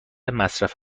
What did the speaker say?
مصرف